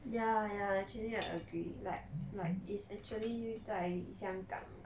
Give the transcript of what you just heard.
ya ya actually I agree like like it's actually 在香港